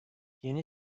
yeni